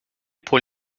pour